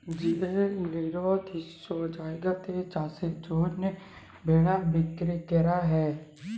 যে লিরদিষ্ট জায়গাতে চাষের জ্যনহে ভেড়া বিক্কিরি ক্যরা হ্যয়